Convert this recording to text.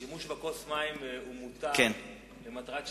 השימוש בכוס מים מותר למטרת שתייה.